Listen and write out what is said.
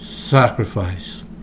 sacrifice